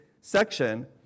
section